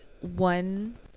one